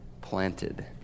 planted